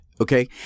okay